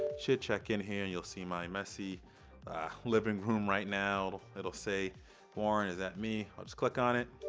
should check in here, and you'll see my messy living room right now. it'll say warren is that me? i'll just click on it,